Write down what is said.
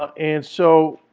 ah and so